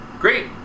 Great